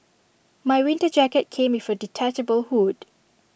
my winter jacket came with A detachable hood